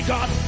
God